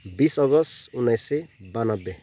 बिस अगस्त उन्नाइस सय बयानब्बे